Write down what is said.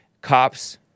Cops